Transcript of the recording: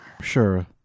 Sure